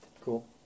Cool